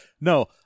No